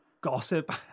gossip